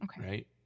right